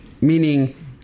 Meaning